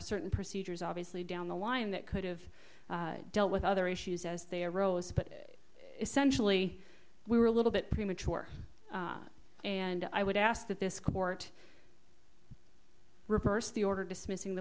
certain procedures obviously down the line that could've dealt with other issues as they arose but essentially we were a little bit premature and i would ask that this court reverse the order dismissing the